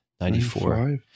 Ninety-four